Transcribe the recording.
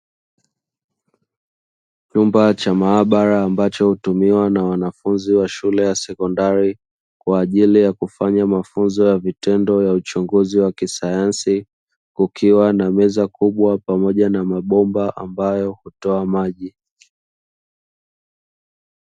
Chumba cha maabala ambacho hutumiwa na wanafunzi wa shule ya sekondari kwaajili yakufanya mafunzo ya vitendo ya uchunguzi wakisayansi kukiwa nameza kubwa pamoja na mabomba ambayo hutoa maji.